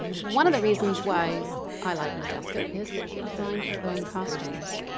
one of the reasons why i like modjeska is that she designed her own costumes